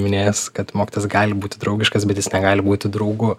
minėjęs kad mokytojas gali būti draugiškas bet jis negali būti draugu